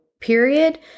period